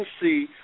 see